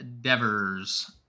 Devers